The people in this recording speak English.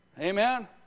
Amen